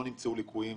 שלא נמצאו ליקויים